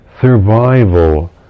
survival